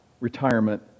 retirement